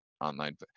online